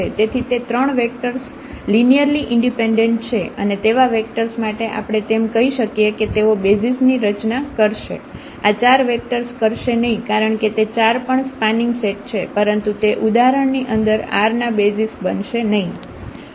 તેથી તે 3 vectors linearly independent છે અને તેવા વેક્ટર્સ માટે આપણે તેમ કહી શકીએ કે તેઓ બેસિઝ ની રચના કરશે આ 4 વેક્ટર્સ કરશે નહિ કારણ કે તે 4 પણ સ્પાનિંગ સેટ છે પરંતુ તે ઉદાહરણ ની અંદર R ના બેસિઝ બનશે નહિ